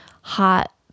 hot